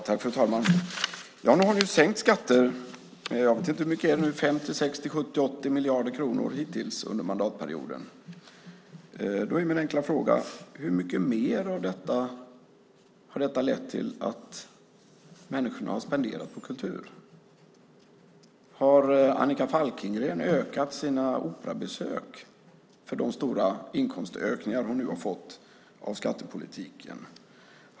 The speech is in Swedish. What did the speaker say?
Fru talman! Ja, nu har ni ju sänkt skatter. Jag vet inte; hur mycket är det nu - 50, 60, 70, eller 80 miljarder kronor hittills under mandatperioden? Då är min enkla fråga: Hur mycket mer av detta har lett till att människorna har spenderat pengar på kultur? Har Annika Falkengren ökat sina operabesök för de stora inkomstökningar hon nu har fått av skattepolitiken?